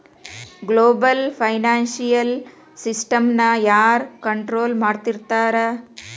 Global financial ಸಿಸ್ಟಮ್ನ ಯಾರ್ control ಮಾಡ್ತಿರ್ತಾರ?